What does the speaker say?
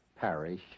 parish